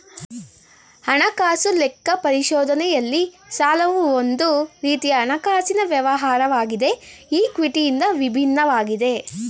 ಹಣಕಾಸು ಲೆಕ್ಕ ಪರಿಶೋಧನೆಯಲ್ಲಿ ಸಾಲವು ಒಂದು ರೀತಿಯ ಹಣಕಾಸಿನ ವ್ಯವಹಾರವಾಗಿದೆ ಈ ಕ್ವಿಟಿ ಇಂದ ವಿಭಿನ್ನವಾಗಿದೆ